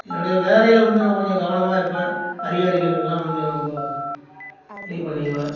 என்னோடைய வேலையில் வந்து நான் கொஞ்சம் கவனமாக இருப்பேன் அதிகாரிகளுக்குலாம் வந்து ரொம்ப இது பண்ணிக்குவேன்